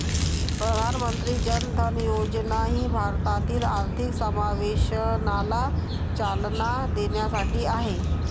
प्रधानमंत्री जन धन योजना ही भारतातील आर्थिक समावेशनाला चालना देण्यासाठी आहे